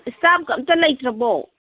ꯏꯁꯇꯥꯞꯀ ꯑꯝꯇ ꯂꯩꯇ꯭ꯔꯕꯣ